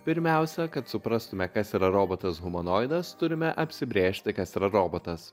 pirmiausia kad suprastume kas yra robotas humanoidas turime apsibrėžti kas yra robotas